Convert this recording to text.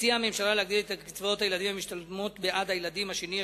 הממשלה הציעה להגדיל את קצבאות הילדים המשתלמות בעד הילדים השני,